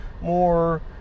more